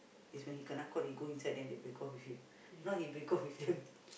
is when he kena caught he go inside then they break off with him not he break off with them